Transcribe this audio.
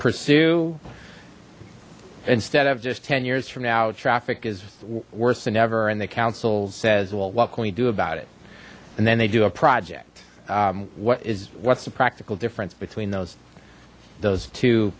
pursue instead of just ten years from now traffic is worse than ever and the council says well what can we do about it and then they do a project what is what's the practical difference between those those two